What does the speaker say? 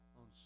on